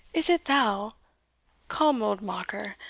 is it thou come, old mocker,